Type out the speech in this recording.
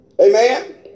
Amen